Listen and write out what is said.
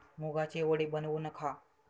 मुगाचे वडे बनवून खा